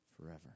forever